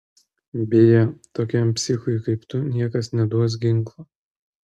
beje tokiam psichui kaip tu niekas neduos ginklo